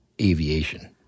aviation